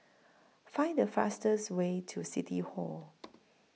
Find The fastest Way to City Hall